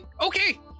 Okay